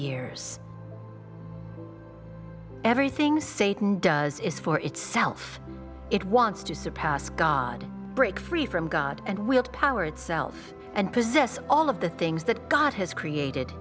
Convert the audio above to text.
years everything satan does is for itself it wants to surpass god break free from god and wield power itself and possess all of the things that god has created